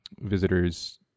visitors